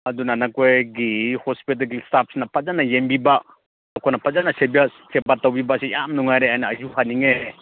ꯑꯗꯨꯅ ꯅꯈꯣꯏꯒꯤ ꯍꯣꯁꯄꯤꯇꯥꯜꯒꯤ ꯏꯁꯇꯥꯐꯅ ꯐꯖꯅ ꯌꯦꯡꯕꯤꯕ ꯅꯈꯣꯏꯅ ꯐꯖꯅ ꯁꯦꯕꯥ ꯁꯦꯕꯥ ꯇꯧꯕꯤꯕꯁꯦ ꯌꯥꯝ ꯅꯨꯡꯉꯥꯏꯔꯦꯑꯅ ꯑꯩꯁꯨ ꯍꯥꯏꯅꯤꯡꯉꯦ